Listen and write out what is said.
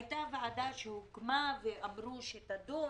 הייתה ועדה שהוקמה ואמרו שתדון